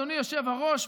אדוני היושב-ראש,